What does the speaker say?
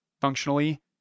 functionally